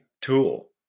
tool